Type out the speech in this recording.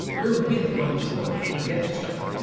we're with martin short on the death star!